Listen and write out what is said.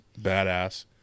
badass